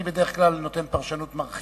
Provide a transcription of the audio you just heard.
אני בדרך כלל נותן פרשנות מרחיבה.